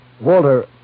Walter